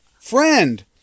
Friend